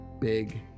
big